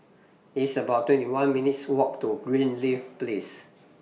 It's about twenty one minutes' Walk to Greenleaf Place